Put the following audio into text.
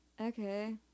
okay